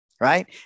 right